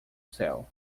céu